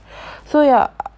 so ya